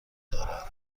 دارد